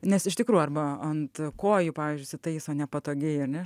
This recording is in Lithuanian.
nes iš tikrų arba ant kojų pavyzdžiui įsitaiso nepatogiai ane